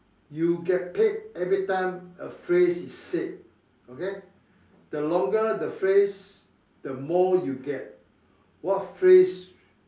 you get paid every time a phrase is said okay the longer the phrase the more you get what phrase